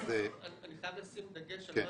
אני חייב לשים דגש על משהו,